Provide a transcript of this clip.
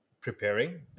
preparing